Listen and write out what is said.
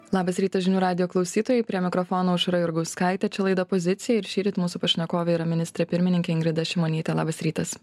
labas rytas žinių radijo klausytojai prie mikrofono aušra jurgauskaitė čia laida pozicija ir šįryt mūsų pašnekovė yra ministrė pirmininkė ingrida šimonytė labas rytas